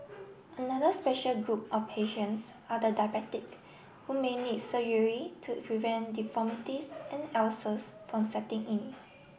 another special group of patients are the diabetic who may need surgery to prevent deformities and ulcers from setting in